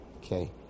Okay